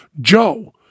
Joe